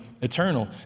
eternal